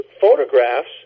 photographs